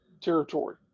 territory